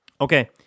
Okay